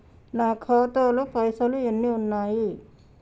నా ఖాతాలో పైసలు ఎన్ని ఉన్నాయి?